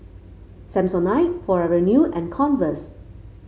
Samsonite Forever New and Converse